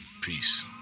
peace